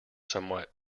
somewhat